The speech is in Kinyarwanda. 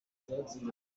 ishingiro